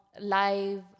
live